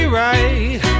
right